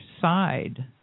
side